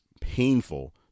painful